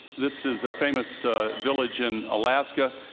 this is a famous ah village in alaska.